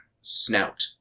snout